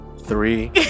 three